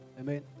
Amen